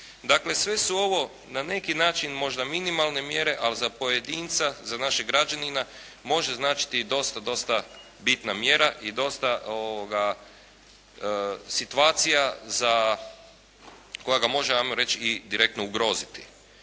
Dakle, sve su ovo na neki način možda minimalne mjere, ali za pojedinca, za našeg građanina može značiti i dosta, dosta bitna mjera i dosta situacija za koja ga može hajmo reći i direktno ugroziti.